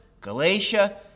Galatia